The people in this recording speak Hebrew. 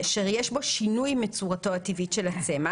אשר יש בו שאושרו מחקריתשינוי מצורתו הטבעית של הצמח,